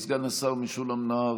סגן השר משולם נהרי,